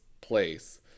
place